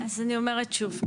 אז אני אומרת שוב,